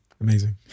amazing